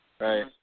Right